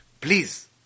Please